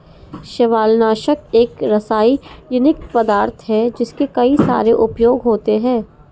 शैवालनाशक एक रासायनिक पदार्थ है जिसके कई सारे उपयोग होते हैं